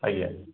ଆଜ୍ଞା